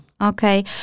Okay